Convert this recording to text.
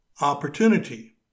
opportunity